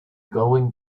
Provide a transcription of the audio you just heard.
going